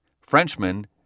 Frenchman